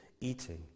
eating